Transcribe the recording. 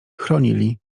chronili